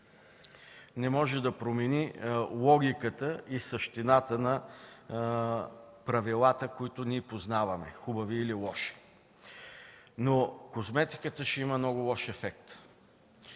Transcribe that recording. не може да промени логиката и същината на правилата, които ние познаваме – хубави или лоши. Козметиката обаче ще има много лош ефект